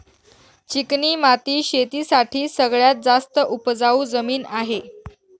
चिकणी माती शेती साठी सगळ्यात जास्त उपजाऊ जमीन आहे